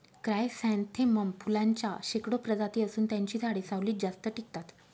chrysanthemum फुलांच्या शेकडो प्रजाती असून त्यांची झाडे सावलीत जास्त टिकतात